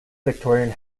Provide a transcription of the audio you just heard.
victorian